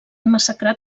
massacrar